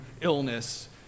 illness